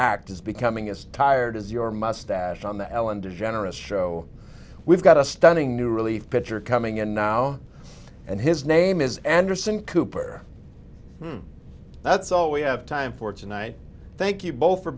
is becoming as tired as your mustache on the ellen degeneres show we've got a stunning new relief pitcher coming in now and his name is anderson cooper that's all we have time for tonight thank you both for